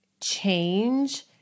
change